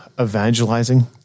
Evangelizing